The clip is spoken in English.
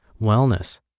wellness